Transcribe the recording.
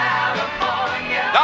California